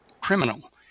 criminal